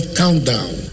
countdown